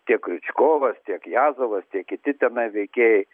tiek kriučkovas tiek jazovas tiek kiti tenai veikėjai